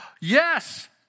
yes